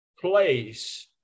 place